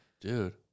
Dude